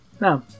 No